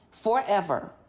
forever